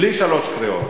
בלי שלוש קריאות.